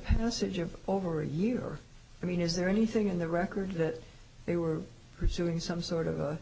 passage of over a year i mean is there anything in the record that they were pursuing some sort of a